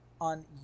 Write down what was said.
on